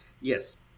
yes